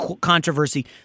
controversy